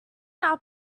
our